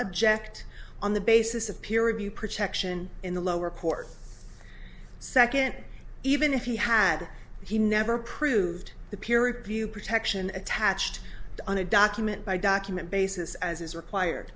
object on the basis of peer review protection in the lower court second even if he had he never approved the peer review protection attached on a document by document basis as is required